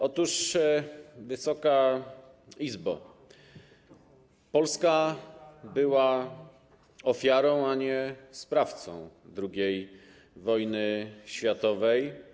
Otóż, Wysoka Izbo, Polska była ofiarą, a nie sprawcą, II wojny światowej.